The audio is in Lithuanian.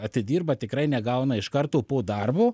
atidirba tikrai negauna iš karto po darbo